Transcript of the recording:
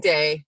Day